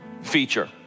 feature